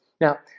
Now